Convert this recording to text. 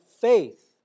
faith